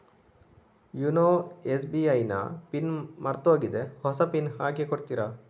YONO SBI ನ pin ಮರ್ತೋಗಿದೆ ಹೊಸ ಪಿನ್ ಹಾಕಿ ಕೊಡ್ತೀರಾ?